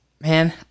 man